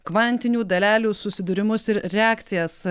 kvantinių dalelių susidūrimus ir reakcijas